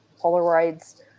Polaroids